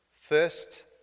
first